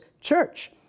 church